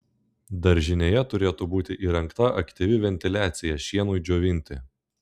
daržinėje turėtų būti įrengta aktyvi ventiliacija šienui džiovinti